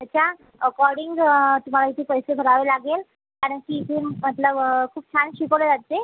त्याच्या अकॉर्डिंग तुम्हाला इथे पैसे भरावे लागेल कारण की इथे म्हटलं खूप छान शिकवले जाते